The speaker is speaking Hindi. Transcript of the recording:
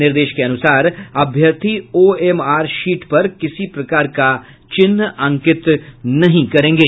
निर्देश के अनुसार अभ्यर्थी ओएमआर शीट पर किसी प्रकार का चिन्ह अंकित नहीं करेंगे